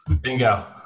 Bingo